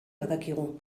badakigu